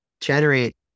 generate